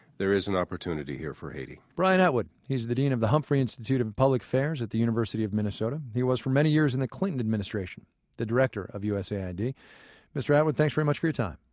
there is an opportunity here for haiti. brian atwood. he's the dean of the humphrey institute of public affairs at the university of minnesota. he was for many years in the clinton administration the director of usaid. mr. atwood, thanks very much for your time.